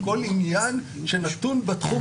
הוא צודק, זה מין איזה ספין.